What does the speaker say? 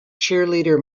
cheerleader